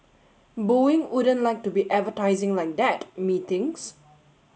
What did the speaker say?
Boeing wouldn't like to be advertising like that methinks